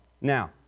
Now